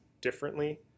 differently